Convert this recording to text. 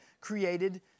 created